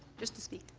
just to speak.